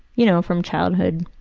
you know, from childhood.